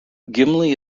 gimli